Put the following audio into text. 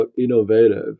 innovative